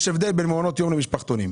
יש הבדל בין מעונות יום למשפחתונים.